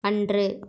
அன்று